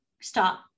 stop